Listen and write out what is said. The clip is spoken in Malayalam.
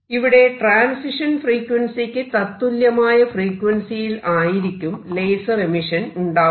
ഇവിടെ ട്രാൻസിഷൻ ഫ്രീക്വൻസിയ്ക് തത്തുല്യമായ ഫ്രീക്വൻസിയിൽ ആയിരിക്കും ലേസർ എമിഷൻ ഉണ്ടാവുന്നത്